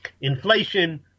inflation